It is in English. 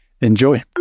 Enjoy